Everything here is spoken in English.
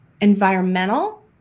environmental